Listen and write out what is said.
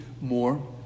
more